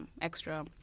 extra